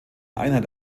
einheit